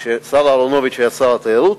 כשהשר אהרונוביץ היה שר התיירות,